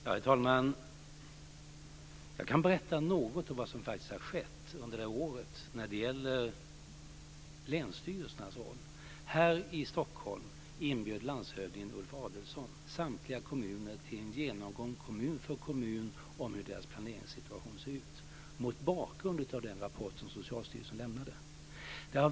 Herr talman! Jag kan berätta något om vad som faktiskt har skett under det här året när det gäller länsstyrelsernas roll. Här i Stockholm inbjöd landshövdingen Ulf Adelsohn samtliga kommuner till en genomgång, kommun för kommun, om hur deras planeringssituation ser ut mot bakgrund av den rapport som Socialstyrelsen lämnade.